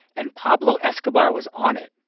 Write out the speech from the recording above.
and pablo escobar was on it.